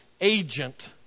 agent